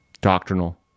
Doctrinal